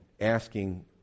asking